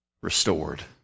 restored